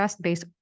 based